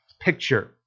picture